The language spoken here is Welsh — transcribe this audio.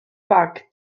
bag